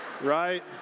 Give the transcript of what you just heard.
right